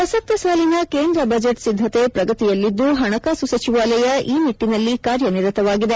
ಪ್ರಸಕ್ತ ಸಾಲಿನ ಕೇಂದ್ರ ಬಜೆಟ್ ಸಿದ್ದತೆ ಪ್ರಗತಿಯಲ್ಲಿದ್ದು ಹಣಕಾಸು ಸಚಿವಾಲಯ ಈ ನಿಟ್ಟಿನಲ್ಲಿ ಕಾರ್ಯನಿರತವಾಗಿದೆ